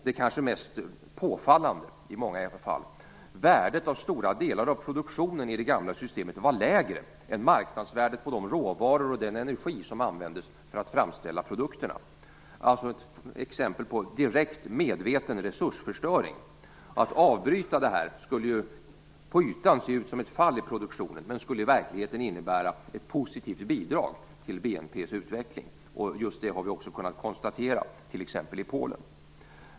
Det kanske mest påfallande i många fall var att värdet av stora delar av produktionen i det gamla systemet var lägre än marknadsvärdet på de råvaror och den energi som användes för att framställa produkterna. Det var alltså ett exempel på direkt, medveten resursförstöring. Att avbryta det här skulle ju på ytan se ut som ett fall i produktionen, men skulle i verkligheten innebära ett positivt bidrag till BNP:s utveckling. Just det har vi också kunnat konstatera t.ex. i Polen.